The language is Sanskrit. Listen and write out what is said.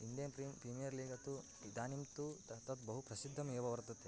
इण्डियम् पीम् प्रिमियर् लीग तु इदानीं तु तत् बहु प्रसिद्धमेव वर्तते